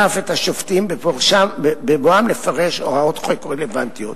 אף את השופטים בבואם לפרש הוראות חוק רלוונטיות.